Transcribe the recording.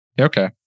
Okay